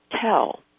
tell